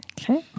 Okay